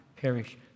perish